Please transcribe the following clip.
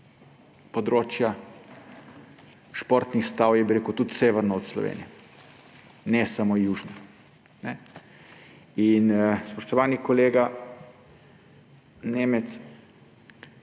področja športnih stav je tudi severno od Slovenije, ne samo južno. Spoštovani kolega Nemec,